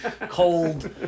cold